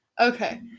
Okay